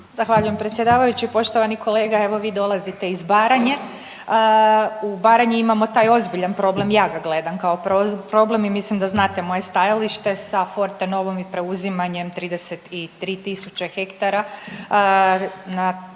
Zahvaljujem predsjedavajući. Poštovani kolega, evo vi dolazite iz Baranje. U Baranji imamo taj ozbiljan problem, ja ga gledam kao problem i mislim da znate moje stajalište sa Fortenovom i preuzimanjem 33000 ha. Na tom